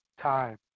time